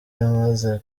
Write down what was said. amaze